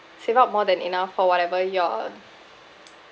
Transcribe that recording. save up more than enough for whatever you're